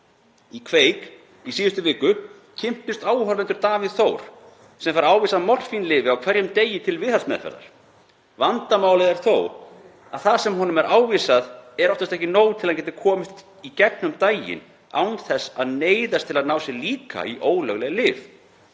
Í Kveik í síðustu viku kynntust áhorfendur Davíð Þór sem fær ávísað morfínlyfi á hverjum degi til viðhaldsmeðferðar. Vandamálið er þó að það sem honum er ávísað er oftast ekki nóg til að geta komist í gegnum daginn án þess að neyðast til að ná sér líka í ólögleg lyf.